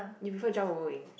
you prefer drum over wing